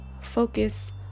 focus